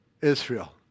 Israel